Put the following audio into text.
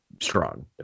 strong